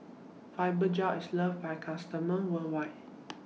Fibogel IS loved By its customers worldwide